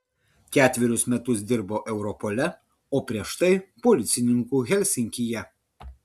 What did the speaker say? ketverius metus dirbo europole o prieš tai policininku helsinkyje